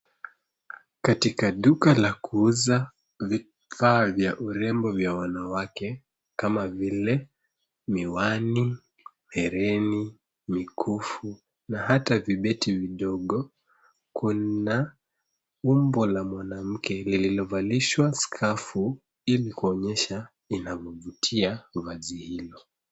Katika duka la kuuza vifaa vya urembo vya wanawake kama vile miwani, hereni , mikufu na hata vibeti vidogo. Kuna umbo la mwanamkel lililovalishwa skafu ili kuonyesha inavyovutia vazi hilo.